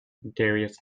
darius